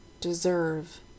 deserve